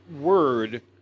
word